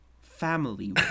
family